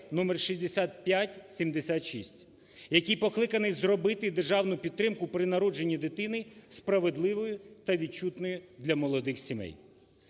№ 6576, який покликаний зробити державну підтримку при народженні дитини справедливою та відчутною для молодих сімей.